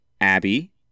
Abby